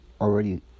already